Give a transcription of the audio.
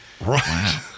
Right